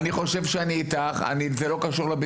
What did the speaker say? ואני לא יודע מקום אחד צריך ליהנות מאחריות כזו,